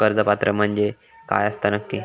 कर्ज पात्र म्हणजे काय असता नक्की?